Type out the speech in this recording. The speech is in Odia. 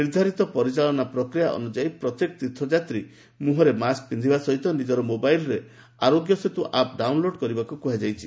ନିର୍ଦ୍ଧାରିତ ପରିଚାଳନା ପ୍ରକ୍ରିୟା ଅନୁଯାୟୀ ପ୍ରତ୍ୟେକ ତୀର୍ଥଯାତ୍ରୀ ମୁହଁରେ ମାସ୍କ ପିନ୍ଧିବା ସହିତ ନିକର ମୋବାଇଲ୍ରେ ଆରୋଗ୍ୟ ସେତୁ ଆପ୍ ଡାଉନ୍ଲୋଡ୍ କରିବାକୁ କୁହାଯାଇଛି